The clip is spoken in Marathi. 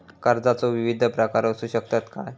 कर्जाचो विविध प्रकार असु शकतत काय?